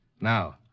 Now